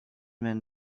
man